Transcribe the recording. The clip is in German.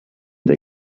der